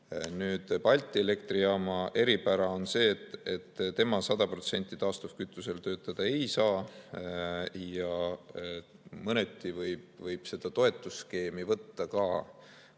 Nüüd, Balti Elektrijaama eripära on see, et see 100% taastuvkütuse jõul töötada ei saa, ja mõneti võib seda toetusskeemi võtta ka